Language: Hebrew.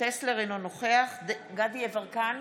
אינו נוכח דסטה גדי יברקן,